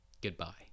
Goodbye